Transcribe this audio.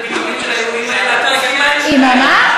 עם מה?